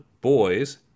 boys